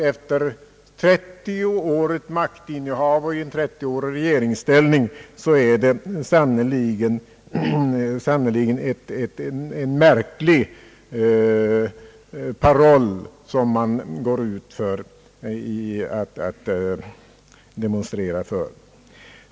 Efter 30 års maktinnehav och regeringsställning är det sannerligen en märklig paroll som man går ut och demonstrerar under.